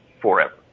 forever